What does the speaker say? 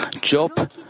Job